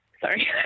sorry